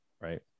right